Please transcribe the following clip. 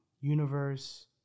universe